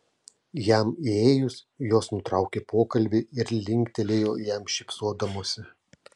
jam įėjus jos nutraukė pokalbį ir linktelėjo jam šypsodamosi